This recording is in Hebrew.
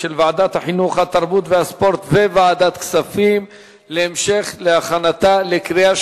מסי העירייה ומסי הממשלה (פטורין) (מס'